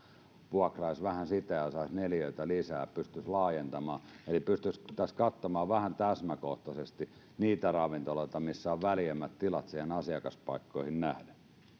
vuokraisi vähän sitä saisi neliöitä lisää ja pystyisi laajentamaan jos pystyttäisiin tässä katsomaan vähän täsmäkohtaisesti niitä ravintoloita missä on väljemmät tilat asiakaspaikkoihin nähden